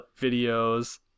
videos